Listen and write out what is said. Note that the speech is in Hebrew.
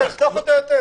אי אפשר לפתוח אותו יותר?